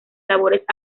labores